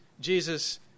Jesus